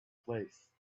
place